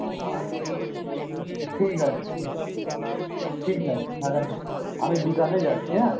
ও আচ্ছা ঠিক আছে হুম ঠিক আছে তাহলে আমি বিকালে যাচ্ছি হ্যাঁ